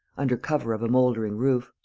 under cover of a mouldering roof.